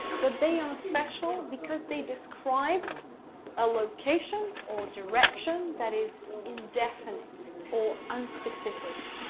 but they are special because they describe a location or direction that is indefinite or unspecific.